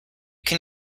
can